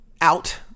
out